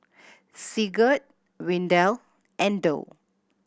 Sigurd Windell and Dow